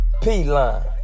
P-Line